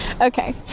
Okay